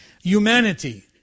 Humanity